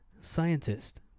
Scientist